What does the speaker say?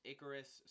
Icarus